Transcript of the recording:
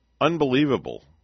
Unbelievable